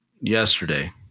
yesterday